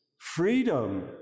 freedom